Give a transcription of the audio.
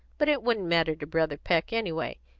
but it wouldn't matter to brother peck anyway.